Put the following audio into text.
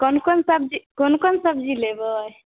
कोन कोन सब्जी कोन कोन सब्जी लेबै